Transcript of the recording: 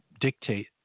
dictate